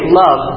love